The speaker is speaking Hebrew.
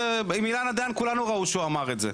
עם אילנה דיין כולם ראו שהוא אמר את זה.